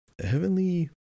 Heavenly